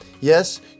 Yes